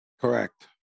Correct